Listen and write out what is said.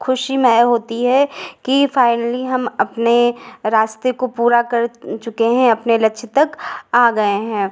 खुशीमय होती है कि फ़ाइनली हम अपने रास्ते को पूरा कर चुके हैं अपने लक्ष्य तक आ गए हैं